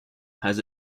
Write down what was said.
has